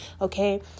okay